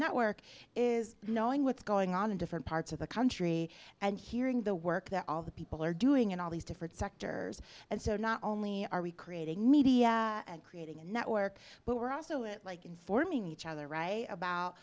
network is knowing what's going on in different parts of the country and hearing the work that all the people are doing in all these different sectors and so not only are we creating media creating network but we're also like informing each other right about